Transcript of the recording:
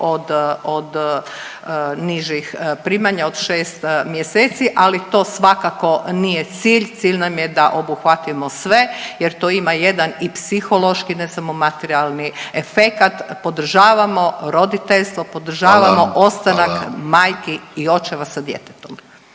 od nižih primanja od 6 mjeseci, ali to svakako nije cilj. Cilj nam je da obuhvatimo sve jer to ima jedan i psihološki ne samo materijalni efekat. Podržavamo roditeljstvo, podržavamo …/Upadica: Hvala, hvala./… ostanak majki i očeva sa djetetom.